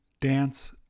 dance